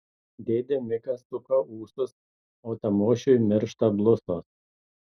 dėdė mikas suka ūsus o tamošiui miršta blusos